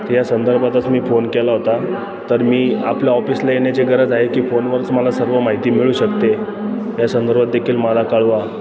या संदर्भातच मी फोन केला होता तर मी आपल्या ऑफिसला येण्याची गरज आहे की फोनवरच मला सर्व माहिती मिळू शकते या संदर्भात देेखील मला कळवा